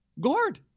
Gord